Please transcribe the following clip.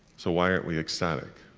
so why aren't we ecstatic?